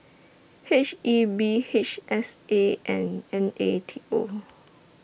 H E B H S A and N A T O